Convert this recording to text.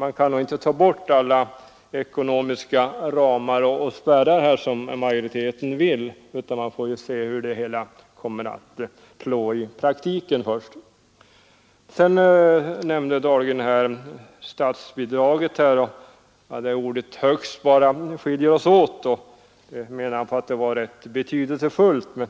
Man kan inte ta bort alla ekonomiska ramar och spärrar, som majoriteten vill göra, utan man får först se hur bestämmelserna slår i praktiken. Sedan nämnde herr Dahlgren beträffande statsbidragen att det bara är ordet ”högst” som skiljer oss åt. Han menade att det var rätt betydelsefullt, men